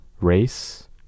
race